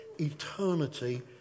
eternity